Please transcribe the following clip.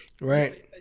right